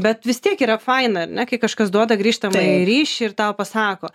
bet vis tiek yra faina ar ne kai kažkas duoda grįžtamąjį ryšį ir tau pasako